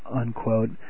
unquote